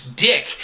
Dick